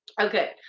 okay